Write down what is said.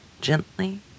Gently